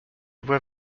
vois